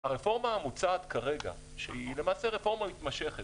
הרפורמה המוצעת כרגע שהיא למעשה רפורמה מתמשכת